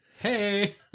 Hey